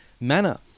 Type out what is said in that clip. manner